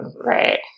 right